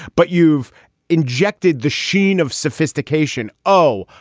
but you've injected the sheen of sophistication oh,